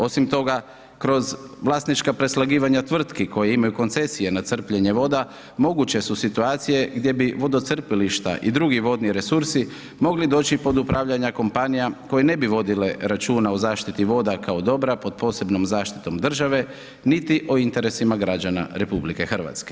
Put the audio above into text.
Osim toga kroz vlasnička preslagivanja tvrtki koje imaju koncesije nad crpljenje voda moguće su situacije gdje bi vodocrpilišta i drugi vodni resursi mogli doći pod upravljanja kompanija koje ne bi vodile računa o zaštiti voda kao dobra pod posebnom zaštitom države, niti o interesima građana RH.